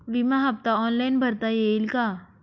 विमा हफ्ता ऑनलाईन भरता येईल का?